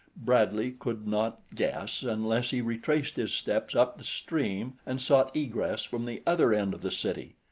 bradley could not guess, unless he retraced his steps up the stream and sought egress from the other end of the city.